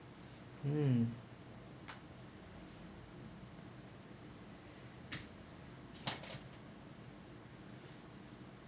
hmm